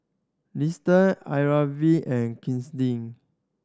Liston Irven and Kristie